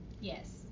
Yes